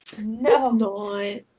no